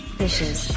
fishes